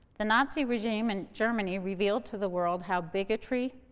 the nazi regime in germany revealed to the world how bigotry,